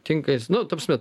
tinka jis nu ta prasme